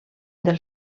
del